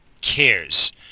cares